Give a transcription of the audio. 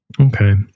Okay